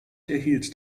erhielt